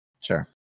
Sure